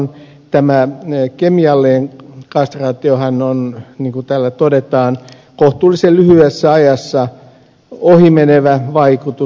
tällä kemiallisella kastraatiollahan on niin kuin täällä todetaan kohtuullisen lyhyessä ajassa ohimenevä vaikutus